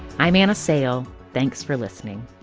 i'm anna sale. thanks for listening